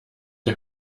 der